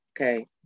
Okay